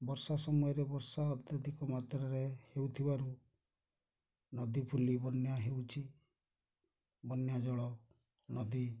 ବର୍ଷା ସମୟରେ ବର୍ଷା ଅତ୍ୟଧିକ ମାତ୍ରାରେ ହେଉଥିବାରୁ ନଦୀ ଫୁଲି ବନ୍ୟା ହେଉଛି ବନ୍ୟାଜଳ ନଦୀ